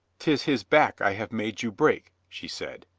tis his back i have made you break, she said.